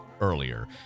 earlier